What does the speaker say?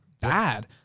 Bad